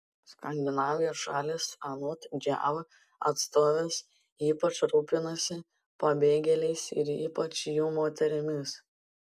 skandinavijos šalys anot jav atstovės ypač rūpinasi pabėgėliais ir ypač jų moterimis